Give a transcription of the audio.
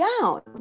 down